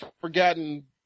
forgotten